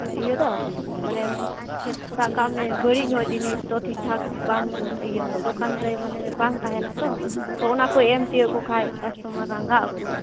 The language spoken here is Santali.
ᱤᱭᱟᱹ ᱫᱚ ᱢᱟᱱᱮ ᱥᱟᱵ ᱠᱟᱜᱢᱮ ᱵᱟᱹᱲᱤᱡ ᱧᱚᱜ ᱡᱤᱱᱤᱥ ᱫᱚ ᱴᱷᱤᱠᱴᱷᱟᱠ ᱵᱟᱝ ᱤᱭᱟᱹᱜᱼᱟ ᱫᱚᱠᱟᱱ ᱨᱮ ᱢᱟᱱᱮ ᱵᱟᱝ ᱛᱟᱦᱮᱱᱟ ᱛᱚ ᱛᱚ ᱚᱱᱟ ᱠᱚᱭ ᱮᱢ ᱛᱤᱭᱳᱜ ᱟᱠᱚ ᱠᱷᱟᱱ ᱠᱟᱥᱴᱚᱢᱟᱨ ᱨᱟᱸᱜᱟᱜ ᱟᱠᱚ